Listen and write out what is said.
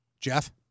Jeff